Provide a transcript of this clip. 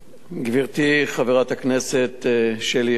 גברתי חברת הכנסת שלי יחימוביץ,